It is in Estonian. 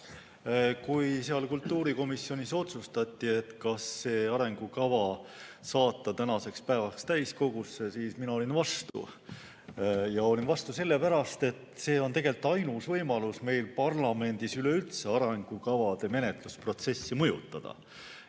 Kui kultuurikomisjonis otsustati, kas see arengukava saata tänaseks päevaks täiskogusse, siis mina olin vastu. Olin vastu sellepärast, et see on tegelikult ainus võimalus meil parlamendis üleüldse arengukavade menetlemise protsessi mõjutada